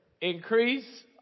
Increase